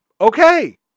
Okay